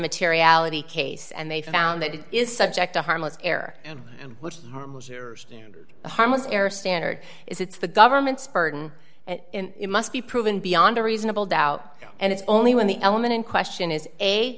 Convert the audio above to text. materiality case and they found that it is subject to harmless error in which a harmless error standard is it's the government's burden and it must be proven beyond a reasonable doubt and it's only when the element in question is a